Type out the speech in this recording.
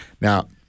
Now